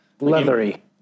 leathery